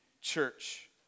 church